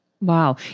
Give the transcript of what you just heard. Wow